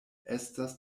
estas